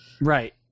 right